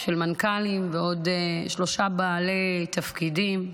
של מנכ"לים ועוד שלושה בעלי תפקידים.